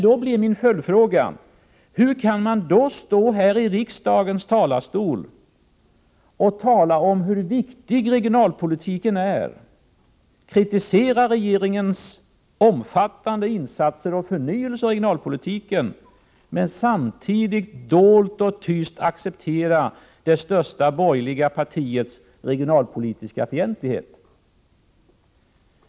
Då blir min följdfråga: Hur kan man från kammarens talarstol framhålla hur viktig regionalpolitiken är, kritisera regeringens omfattande insatser för förnyelse av denna, men samtidigt tyst acceptera det största borgerliga partiets regionalpolitiska fientlighet?